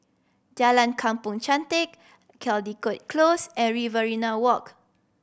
Jalan Kampong Chantek Caldecott Close and Riverina Walk